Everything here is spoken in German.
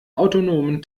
autonomen